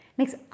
makes